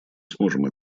сможем